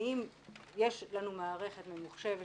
האם יש לנו מערכת ממוחשבת